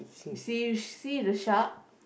you see you see the shark